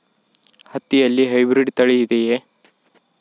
ಹತ್ತಿಯಲ್ಲಿ ಹೈಬ್ರಿಡ್ ತಳಿ ಇದೆಯೇ?